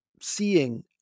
seeing